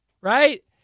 right